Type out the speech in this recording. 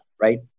right